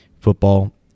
Football